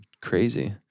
crazy